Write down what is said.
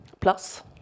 plus